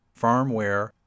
firmware